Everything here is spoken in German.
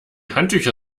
handtücher